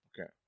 Okay